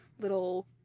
little